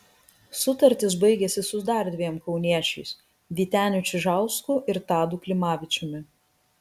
sutartys baigiasi su dar dviem kauniečiais vyteniu čižausku ir tadu klimavičiumi